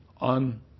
on